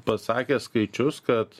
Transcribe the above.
pasakė skaičius kad